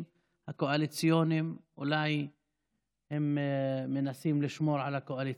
הקואליציוניים אולי מנסים לשמור על הקואליציה.